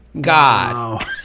god